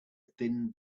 thin